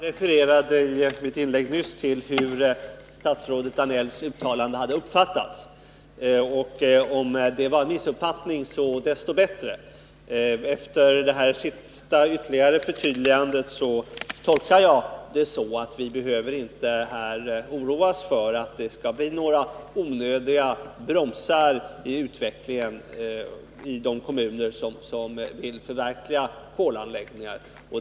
Herr talman! I mitt inlägg nyss refererade jag till hur statsrådet Danells uttalande hade uppfattats. Om det var en missuppfattning, desto bättre. Herr Danells senaste förtydligande tolkar jag så att vi inte behöver oroas för några onödiga bromsar i utvecklingen i de kommuner som vill förverkliga kolanläggningar.